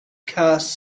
cast